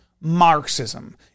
Marxism